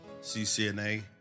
CCNA